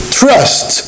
trust